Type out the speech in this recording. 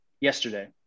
yesterday